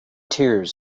tears